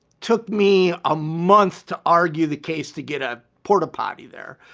took me a month to argue the case to get a porta potty there.